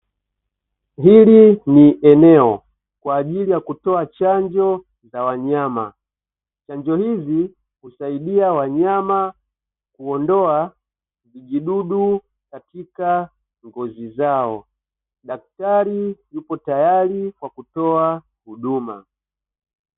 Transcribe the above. Hili ni eneo kwa ajili ya kutoa chanjo za wanyama, chanjo hizi husaidia wanyama kuondoa vijidudu katika ngozi zao, daktari yupo tayari kwa kutoa huduma.